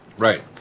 Right